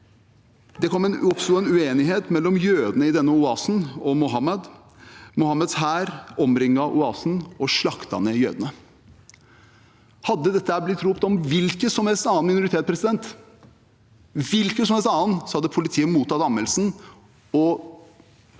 Det oppsto en uenighet mellom jødene i denne oasen og Muhammed. Muhammeds hær omringet oasen og slaktet ned jødene. Hadde dette blitt ropt om hvilken som helst annen minoritet – hvilken som helst annen – hadde politiet mottatt anmeldelsen og